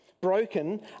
broken